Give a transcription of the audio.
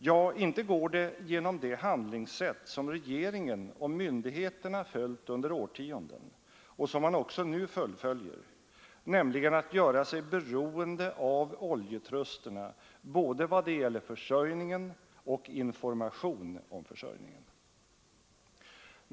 Ja, inte går det genom det handlingssätt som regeringen och myndigheterna följt under årtionden och som man nu fullföljer, nämligen att göra sig beroende av oljetrusterna i vad det gäller både försörjning och information om försörjningen.